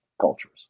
cultures